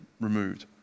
removed